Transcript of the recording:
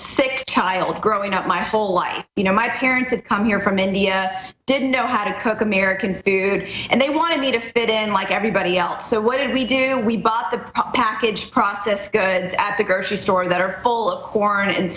sick child growing up my whole life you know my parents on your from india didn't know how to cook american food and they wanted me to fit in like everybody else so what did we do we bought the package process goods at the grocery store that are full of corn and